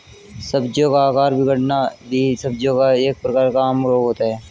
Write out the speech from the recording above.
सब्जियों का आकार बिगड़ना भी सब्जियों का एक प्रकार का आम रोग होता है